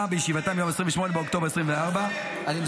בישיבתה מיום 28 באוקטובר 2024. אל תסיים,